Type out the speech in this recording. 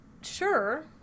sure